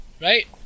Right